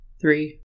three